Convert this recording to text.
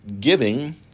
giving